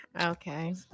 Okay